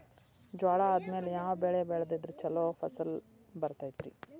ಜ್ವಾಳಾ ಆದ್ಮೇಲ ಯಾವ ಬೆಳೆ ಬೆಳೆದ್ರ ಛಲೋ ಫಸಲ್ ಬರತೈತ್ರಿ?